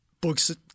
books